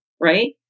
right